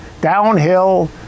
downhill